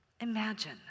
Imagine